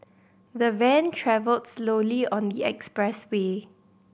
the van travelled slowly on the expressway